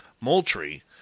Moultrie